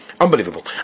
Unbelievable